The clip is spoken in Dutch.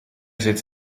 zit